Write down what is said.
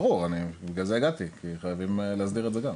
בגלל זה הגעתי, כי צריכים להסדיר את זה גם.